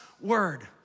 word